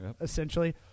essentially